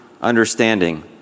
understanding